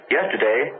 Yesterday